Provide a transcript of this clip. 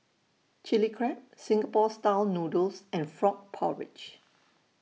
Chilli Crab Singapore Style Noodles and Frog Porridge